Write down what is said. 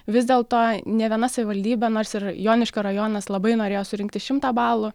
vis dėlto nė viena savivaldybė nors ir joniškio rajonas labai norėjo surinkti šimtą balų